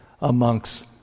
amongst